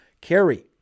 carry